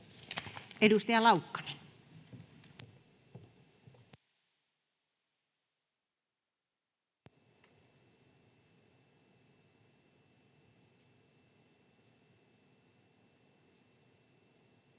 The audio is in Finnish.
Edustaja Laukkanen. [Speech